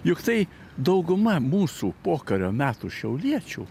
juk tai dauguma mūsų pokario metų šiauliečių